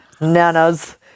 nanas